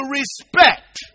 respect